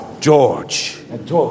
George